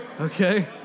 okay